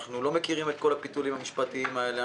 אנחנו לא מכירים את כל הפיתולים המשפטיים האלה,